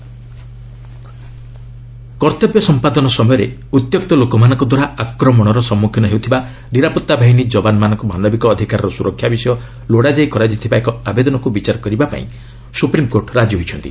SC human rights କର୍ଭବ୍ୟ ସମ୍ପାଦନ ସମୟରେ ଉତ୍ୟକ୍ତ ଲୋକମାନଙ୍କଦ୍ୱାରା ଆକ୍ରମଣର ସମ୍ମୁଖୀନ ହେଉଥିବା ନିରାପତ୍ତା ବାହିନୀର ଯବାନମାନଙ୍କ ମାନବିକ ଅଧିକାରର ସୁରକ୍ଷା ବିଷୟ ଲୋଡ଼ାଯାଇ କରାଯାଇଥିବା ଏକ ଆବେଦନକୁ ବିଚାର କରିବାପାଇଁ ସୁପ୍ରିମ୍କୋର୍ଟ ରାଜି ହୋଇଛନ୍ତି